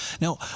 Now